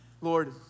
Lord